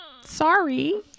Sorry